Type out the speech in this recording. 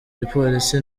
gipolisi